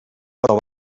però